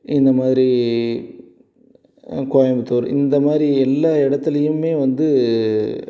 இந்த மாதிரி கோயம்புத்தூர் இந்த மாதிரி எல்லா இடத்துலியுமே வந்து